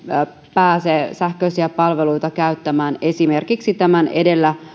pääse sähköisiä palveluita käyttämään esimerkiksi edellä